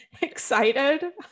excited